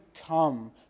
come